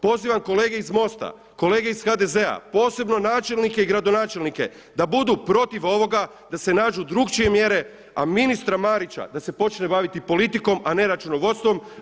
Pozivam kolege iz MOST-a, kolege iz HDZ-a, posebno načelnike i gradonačelnike, da budu protiv ovoga, da se nađu drukčije mjere, a ministra Marića da se počne baviti politikom, a ne računovodstvom!